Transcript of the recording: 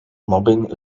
mobbing